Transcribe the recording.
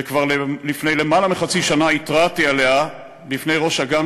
וכבר לפני למעלה מחצי שנה התרעתי עליה בפני ראש אג"ם